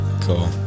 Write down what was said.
cool